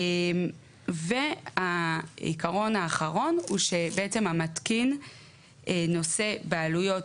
העיקרון האחרון הוא שהמתקין נושא בעלויות